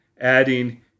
adding